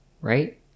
right